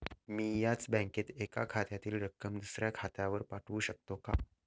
मी याच बँकेत एका खात्यातील रक्कम दुसऱ्या खात्यावर पाठवू शकते का?